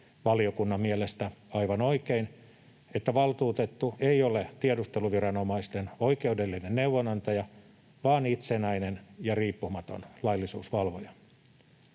valiokunnan mielestä aivan oikein, että valtuutettu ei ole tiedusteluviranomaisten oikeudellinen neuvonantaja vaan itsenäinen ja riippumaton laillisuusvalvoja.